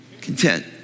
content